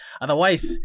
Otherwise